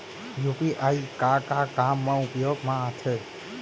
UPI का का काम मा उपयोग मा आथे?